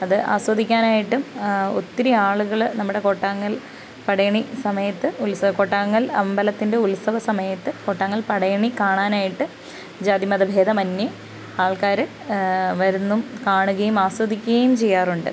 അത് ആസ്വദിക്കാനായിട്ടും ഒത്തിരി ആളുകൾ നമ്മുടെ കോട്ടാങ്കൽ പടയണി സമയത്ത് ഉത്സവം കോട്ടാങ്കൽ അമ്പലത്തിൻ്റെ ഉത്സവം സമയത്ത് കോട്ടാങ്കൽ പടയണി കാണാനായിട്ട് ജാതി മതഭേദമന്യേ ആർക്കാർ വരുന്നും കാണുകയും ആസ്വദിക്കേം ചെയ്യാറുണ്ട്